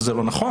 וזה לא נכון.